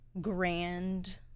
grand